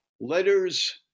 Letters